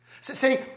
See